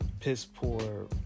piss-poor